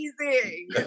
amazing